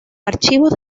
archivos